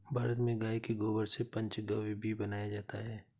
भारत में गाय के गोबर से पंचगव्य भी बनाया जाता है